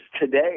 today